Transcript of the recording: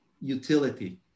utility